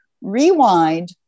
rewind